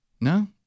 No